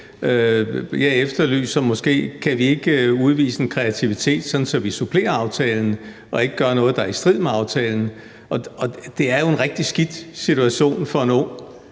Jeg efterlyser måske, om ikke vi kan udvise en kreativitet, sådan at vi supplerer aftalen og ikke gør noget, der er i strid med aftalen. Det er jo en rigtig skidt situation for en ung,